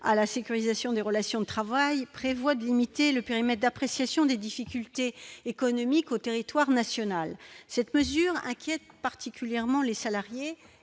à la sécurisation des relations de travail prévoit de limiter le périmètre d'appréciation des difficultés économiques au territoire national cette mesure inquiète particulièrement les salariés